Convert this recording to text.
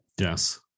Yes